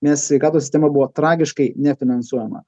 nes sveikatos sistema buvo tragiškai nefinansuojama